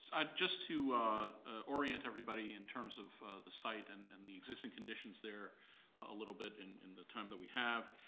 just to orient everybody in terms of the site and and the existing conditions there a little bit and in the time that we have,